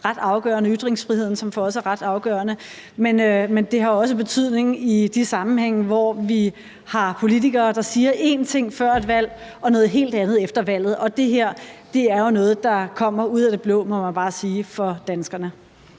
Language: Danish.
ret afgørende, og ytringsfriheden, som for os er ret afgørende. Men det har også en betydning i de sammenhænge, hvor vi har politikere, der siger én ting før et valg og noget helt andet efter valget. Det her er jo noget, man bare må sige kommer ud af det blå for danskerne.